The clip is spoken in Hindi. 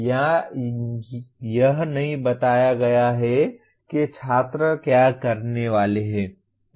या यह नहीं बताया गया है कि छात्र क्या करने वाला है